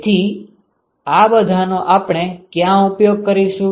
તેથી આ બધા નો આપણે ક્યાં ઉપયોગ કરીશું